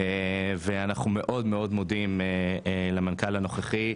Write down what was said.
ואנחנו מאוד מאוד מודים למנכ"ל הנוכחי,